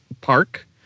Park